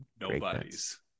nobody's